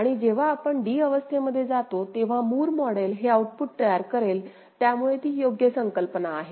आणि जेव्हा आपण d अवस्थेमध्ये जातो तेव्हा मूर मॉडेल हे आऊटपुट तयार करेल त्यामुळे ती योग्य संकल्पना आहे